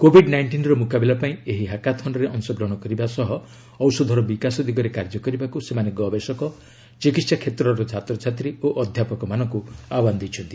Covid ନାଇଷ୍ଟିନ୍ର ମୁକାବିଲାପାଇଁ ଏହି ହାକାଥନ୍ରେ ଅଂଶଗ୍ରହଣ କରିବା ସହ ଔଷଧର ବିକାଶ ଦିଗରେ କାର୍ଯ୍ୟ କରିବାକୁ ସେମାନେ ଗବେଷକ ଚିକିତ୍ସା କ୍ଷେତ୍ରର ଛାତ୍ରଛାତ୍ରୀ ଓ ଅଧ୍ୟାପକମାନଙ୍କୁ ଆହ୍ୱାନ ଦେଇଛନ୍ତି